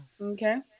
Okay